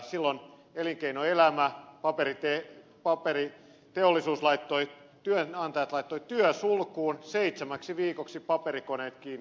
silloin elinkeinoelämää paperiteht paperit teollisuus laittoi työnantajat laittoivat työsulun seitsemäksi viikoksi paperikoneet kiinni